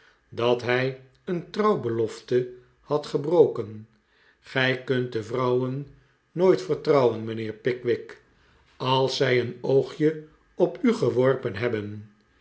dat hij een trouwbelofte had gebroken gij kunt de vrouwen nooit vertrouwen mijnheer pickwick als zij een oogje op u geworpen hebben